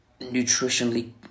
nutritionally